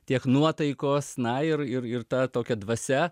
tiek nuotaikos na ir ir ir ta tokia dvasia